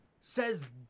says